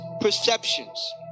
perceptions